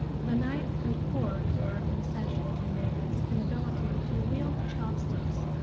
the knife and fork were a concession to merrit's inability to wield the chopsticks,